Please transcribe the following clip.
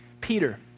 Peter